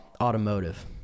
Automotive